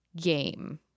game